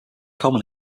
common